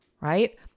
Right